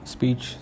Speech